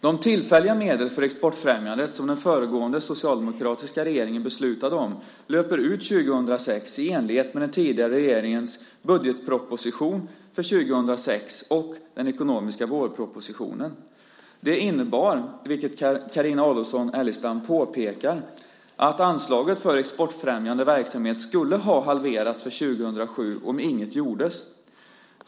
De tillfälliga medel för exportfrämjandet som den föregående socialdemokratiska regeringen beslutade om löper ut 2006 i enlighet med den tidigare regeringens budgetproposition för 2006 och den ekonomiska vårpropositionen. Det innebar, vilket Carina Adolfsson Elgestam påpekar, att anslaget för exportfrämjande verksamhet skulle ha halverats för 2007 om inget gjordes.